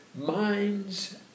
minds